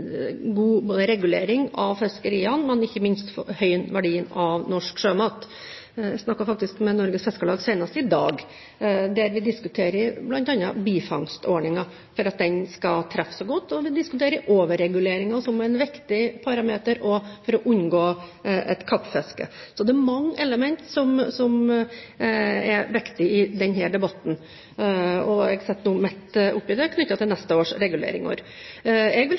god regulering av fiskeriene, men ikke minst for å høyne verdien av norsk sjømat. Jeg snakket faktisk med Norges Fiskarlag senest i dag, vi diskuterer bl.a. bifangstordningen for at den skal kunne treffe godt, og vi diskuterer overreguleringer, som en viktig parameter for å unngå et kappfiske. Det er mange elementer som er viktige i denne debatten. Jeg sitter nå midt oppe i det, knyttet til neste års reguleringer. Jeg vil